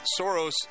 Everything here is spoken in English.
Soros